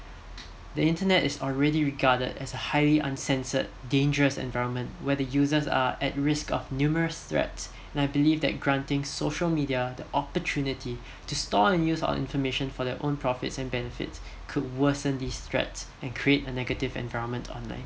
the internet is already regarded as a highly uncensored dangerous environment where the users are at risk of numerous threats and I believe that granting social media the opportunity to store and use our information for the own profits and benefits could worsen these threats and create a negative environment online